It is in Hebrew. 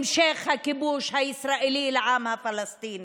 המשך הכיבוש הישראלי על העם הפלסטיני,